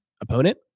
opponent